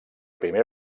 primera